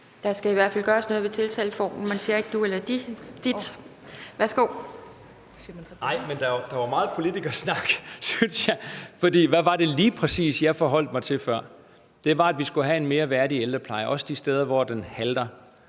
Der skal i hvert fald gøres noget ved tiltaleformen. Man siger ikke »du« eller »dit«. Værsgo. Kl. 11:33 Kristian Thulesen Dahl (DF): Nej, men der var meget politikersnak, synes jeg, for hvad var det lige præcis, jeg forholdt mig til før? Det var, at vi skulle have en mere værdig ældrepleje, også de steder, hvor den halter,